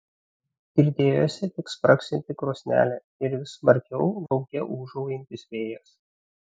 girdėjosi tik spragsinti krosnelė ir vis smarkiau lauke ūžaujantis vėjas